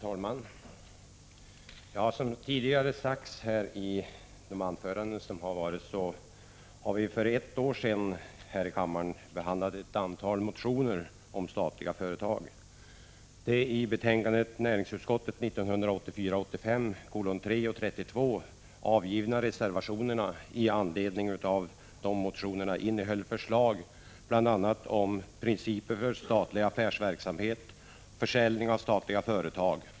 Herr talman! Som har sagts i tidigare anföranden behandlades här i 29 maj 1986 kammaren för ett år sedan ett antal motioner om statliga företag. De till betänkandena NU 1984/85:3 och 32 avgivna reservationerna i anledning av motionerna innehöll förslag om bl.a. principer för statlig affärsverksamhet och försäljning av statliga företag.